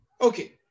Okay